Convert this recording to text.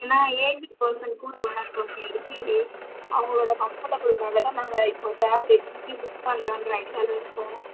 ஏன்னால் aged person கூட வராங்க மேம் அவங்களோட கம்ஃபர்டபிளுக்காக தான் நாங்கள் இப்போ ட்ராவல் ஏஜென்சி புக் பண்ணலான்ற ஐடியாவில் இருக்கோம்